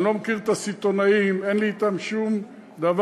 אני לא מכיר את הסיטונאים, אין לי אתם שום דבר.